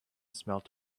smelt